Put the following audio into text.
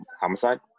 Homicide